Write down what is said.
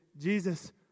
Jesus